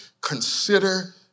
consider